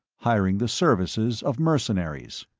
hiring the services of mercenaries.